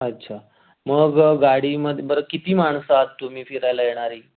अच्छा मग गाडीमध्ये बरं किती माणसं आहात तुम्ही फिरायला येणारी